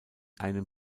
einem